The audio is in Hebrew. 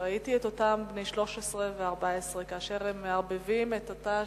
וראיתי את אותם בני 13 ו-14 כאשר הם מערבבים את אותה שתייה,